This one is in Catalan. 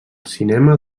cinema